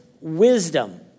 wisdom